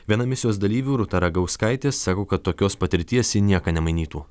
viena misijos dalyvių rūta ragauskaitė sako kad tokios patirties į nieką nemainytų